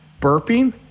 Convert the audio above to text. burping